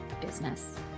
business